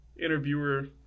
interviewer